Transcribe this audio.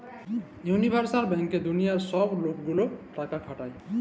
universal ব্যাংকে দুলিয়ার ছব গিলা লক টাকা খাটায়